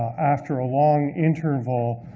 after a long interval,